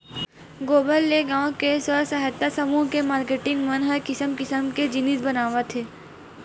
गोबर ले गाँव के स्व सहायता समूह के मारकेटिंग मन ह किसम किसम के जिनिस बनावत हे